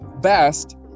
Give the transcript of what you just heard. best